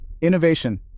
Innovation